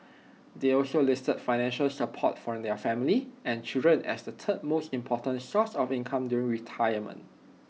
they also listed financial support from their family and children as the third most important source of income during retirement